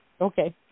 Okay